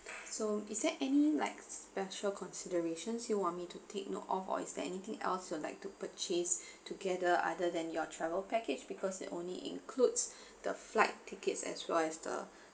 so is there any like special considerations you want me to take note of or is there anything else you'd like to purchase together other than your travel package because it only includes the flight tickets as well as the